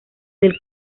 del